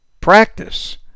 practice